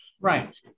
Right